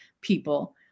people